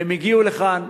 והם הגיעו לכאן,